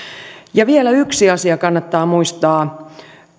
vielä yksi asia kannattaa muistaa